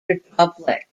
republic